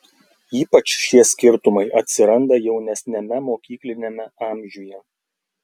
ypač šie skirtumai atsiranda jaunesniame mokykliniame amžiuje